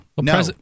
No